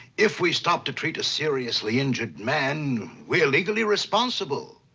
if we stop to treat a seriously injured man, we're legally responsible.